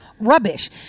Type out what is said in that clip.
Rubbish